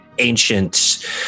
ancient